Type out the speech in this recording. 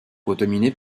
contaminés